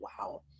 wow